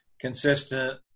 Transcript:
consistent